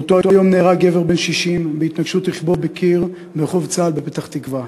באותו היום נהרג גבר בן 60 בהתנגשות רכבו בקיר ברחוב צה"ל בפתח-תקווה.